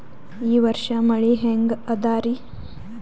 ಈ ವರ್ಷ ಮಳಿ ಹೆಂಗ ಅದಾರಿ?